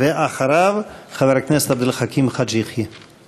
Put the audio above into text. אחריו, חבר הכנסת עבד אל חכים חאג' יחיא.